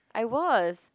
I was